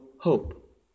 hope